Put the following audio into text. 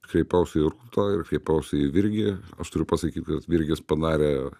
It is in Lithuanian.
kreipiausi rūtą ir kreipiausi į virgį aš turiu pasakyt kad virgis padarė